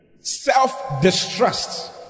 Self-distrust